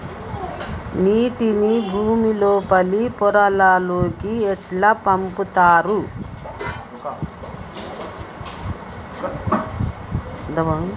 నీటిని భుమి లోపలి పొరలలోకి ఎట్లా పంపుతరు?